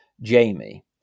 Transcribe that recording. Jamie